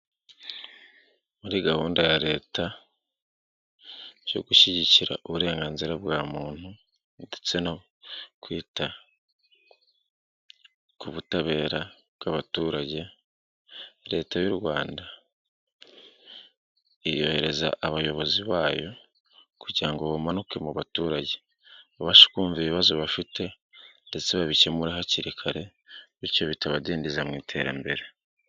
Muri gahunda ya Leta yo gushyigikira uburenganzira bwa muntu ndetse no kwita ku butabera bw'abaturage, Leta y'u Rwanda yohereza abayobozi bayo kugira ngo bamanuke mu baturage babashe kumva ibibazo bafite ndetse babikemura hakiri kare bityo bitabadindiza mu iterambere.